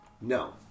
No